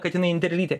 kad jinai interlytė